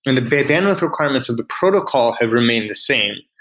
and the bandwidth requirements of the protocol have remained the same.